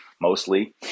mostly